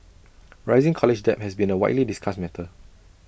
rising college debt has been A widely discussed matter